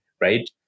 right